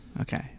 Okay